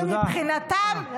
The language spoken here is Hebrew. שמבחינתם, תודה.